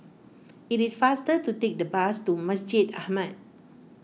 it is faster to take the bus to Masjid Ahmad